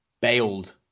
bailed